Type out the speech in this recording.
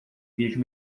vejo